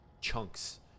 chunks